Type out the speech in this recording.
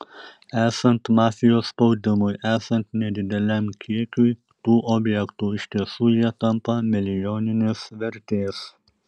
esant mafijos spaudimui esant nedideliam kiekiui tų objektų iš tiesų jie tampa milijoninės vertės